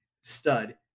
stud